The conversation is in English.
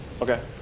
Okay